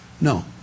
No